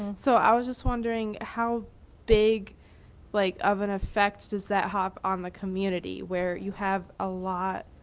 so i was just wondering how big like of an effect does that have on the community? where you have a lot,